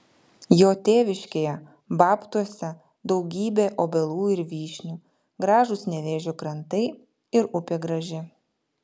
jo tėviškėje babtuose daugybė obelų ir vyšnių gražūs nevėžio krantai ir upė graži